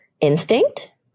instinct